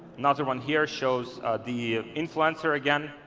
another one here shows the influencer again.